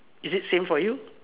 is it same for you